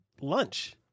lunch